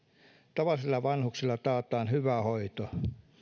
tavallisille vanhuksille taataan hyvä hoito